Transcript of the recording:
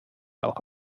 auch